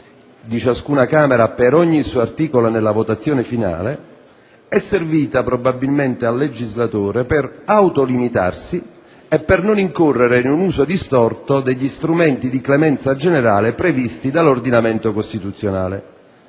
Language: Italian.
di ciascuna Camera per ogni suo articolo e nella votazione finale - è stata prevista, probabilmente, dal legislatore per autolimitarsi e per non incorrere in un uso distorto degli strumenti di clemenza generale previsti dall'ordinamento costituzionale.